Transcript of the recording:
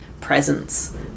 presence